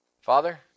Father